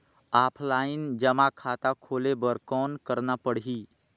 Offline जमा खाता खोले बर कौन करना पड़ही?